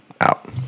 out